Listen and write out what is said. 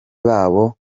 babo